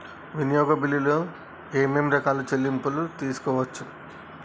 వినియోగ బిల్లులు ఏమేం రకాల చెల్లింపులు తీసుకోవచ్చు?